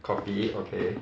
copy okay